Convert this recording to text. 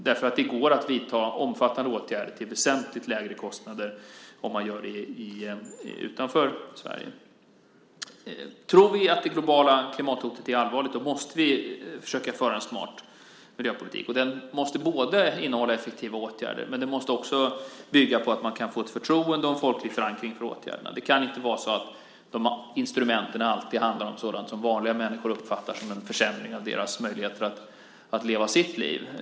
Det går nämligen att vidta omfattande åtgärder till väsentligt lägre kostnader om man gör det utanför Sverige. Tror vi att det globala klimathotet är allvarligt måste vi försöka föra en smart miljöpolitik. Den måste innehålla effektiva åtgärder, men den måste också bygga på att man får ett förtroende och en folklig förankring för åtgärderna. Det kan inte vara så att instrumenten alltid handlar om sådant som vanliga människor uppfattar som en försämring av deras möjligheter att leva sitt liv.